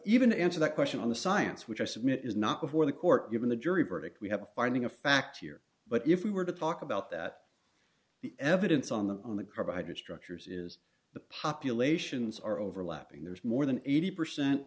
even answer that question on the science which i submit is not before the court given the jury verdict we have a finding of fact here but if we were to talk about that the evidence on that provided structures is the populations are overlapping there's more than eighty percent